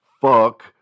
fuck